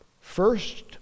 First